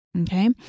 okay